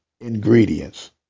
ingredients